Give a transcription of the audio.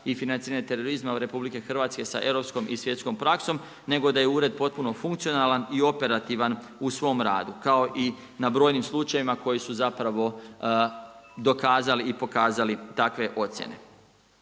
i financiranja terorizma Rh sa europskom i svjetskom praksom, nego da je ured potpuno funkcionalan i operativan u svom radu kao i na brojnim slučajevima koje su zapravo dokazali i pokazali takve ocjene.